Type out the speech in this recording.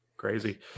crazy